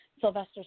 Sylvester